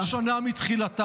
-- כמעט בחלוף שנה מתחילתה,